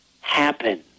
happen